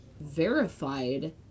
verified